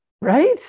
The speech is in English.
Right